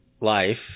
life